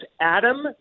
Adam